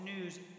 news